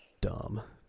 Dumb